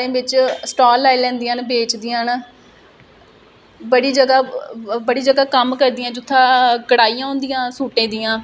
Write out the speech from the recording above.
तांहियै करियै ते अग्गै अग्गै जेहड़ा और इक चैलेंज जेहड़ा इक आर्टिस्ट फेस करदा ऐ